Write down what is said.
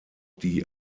die